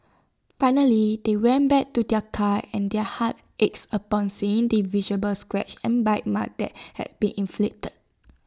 finally they went back to their car and their hearts ached upon seeing the visible scratches and bite marks that had been inflicted